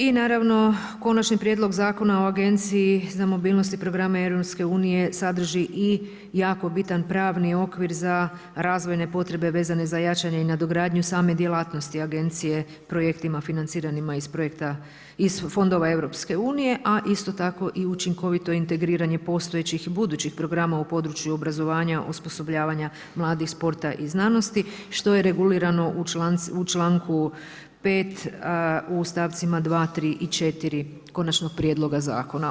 I naravno Konačni prijedlog Zakona o Agenciji za mobilnost i programe EU sadrži i jako bitan pravni okvir za razvojne potrebe vezane za jačanje i nadogradnju same djelatnosti agencije projektima financiranima iz fondova EU, a isto tako i učinkovito integriranje postojećih i budućih programa u području obrazovanja, osposobljavanja mladih, sporta i znanosti što je regulirano u članku 5. u stavcima 2., 3. i 4. konačnog prijedloga zakona.